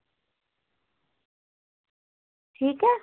ठीक ऐ